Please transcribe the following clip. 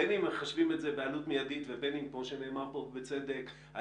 בין אם מחשבים את זה בעלות מיידית ובין אם מדברים על LLC,